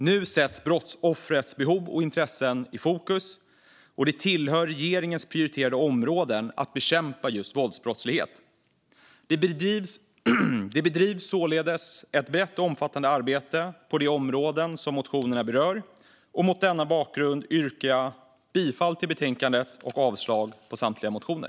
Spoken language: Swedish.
Nu sätts brottsoffrets behov och intressen i fokus, och det tillhör regeringens prioriterade områden att bekämpa just våldsbrottslighet. Det bedrivs således ett brett och omfattande arbete på de områden motionerna berör. Och mot denna bakgrund yrkar jag bifall till förslaget i betänkandet och avslag på samtliga motioner.